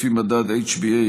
לפי מדד HbA1C,